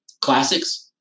classics